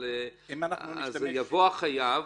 אבל יבוא החייב,